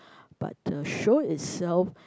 but the show itself